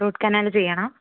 root canal ചെയ്യണോ